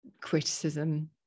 criticism